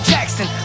Jackson